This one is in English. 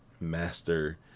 master